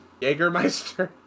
Jägermeister